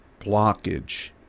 blockage